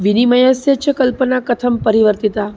विनिमयस्य च कल्पना कथं परिवर्तिता